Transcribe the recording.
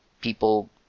people